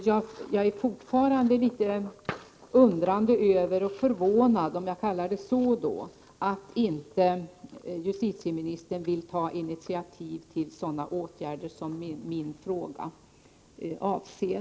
Jag är dock fortfarande litet undrande och förvånad över, om jag får kalla det så, att justitieministern inte vill ta initiativ till sådana åtgärder som min fråga avser.